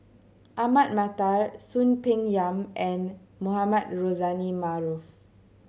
Ahmad Mattar Soon Peng Yam and Mohamed Rozani Maarof